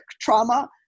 trauma